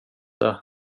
det